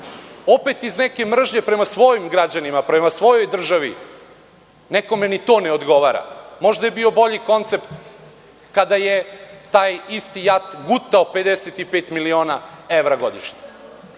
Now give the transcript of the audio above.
iz neke mržnje prema svojim građanima, prema svojoj državi nekome ni to ne odgovara. Možda je bio bolji koncept kada je taj isti JAT gutao 55 miliona evra godišnje.